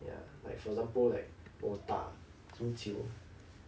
ya like for example like 我打足球